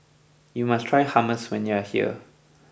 you must try Hummus when you are here